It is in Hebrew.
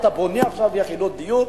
אתה בונה עכשיו יחידות דיור,